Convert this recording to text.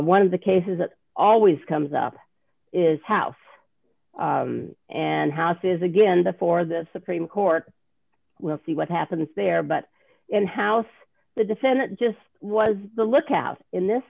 one of the cases that always comes up is house and houses again the for the supreme court we'll see what happens there but in house the defendant just was the lookout in this